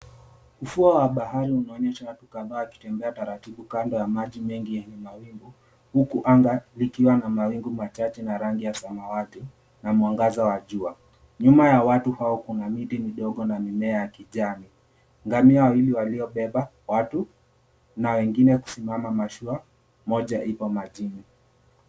Ufuo wa bahari inaonyesha watu kadhaa wakitembea taratibu kando ya maji yenye mawingu huku anga ikiwa mawingu machache yenye rangi ya samawati na mwangaza wa jua. Nyuma ya watu hao kuna miti midogo na mimea ya kijani. Ngamia wawili waliobeba watu na wengine wamesimama, mashua moja imo majini.